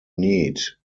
need